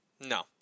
no